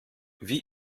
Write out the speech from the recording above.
wie